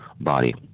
body